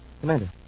Commander